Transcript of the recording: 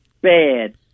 bad